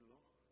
Lord